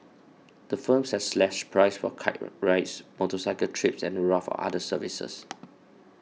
the firms have slashed prices for car rides motorcycle trips and a raft of other services